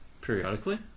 Periodically